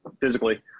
physically